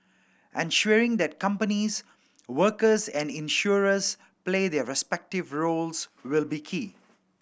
ensuring that companies workers and insurers play their respective roles will be key